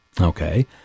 okay